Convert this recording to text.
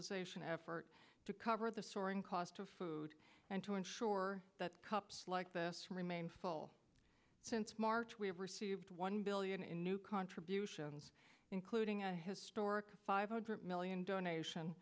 mobilization effort to cover the soaring cost of food and to ensure that cups like this remain full since march we have received one billion in new contributions including a historic five hundred million donation